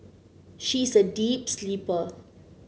she is a deep sleeper